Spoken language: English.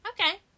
Okay